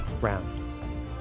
round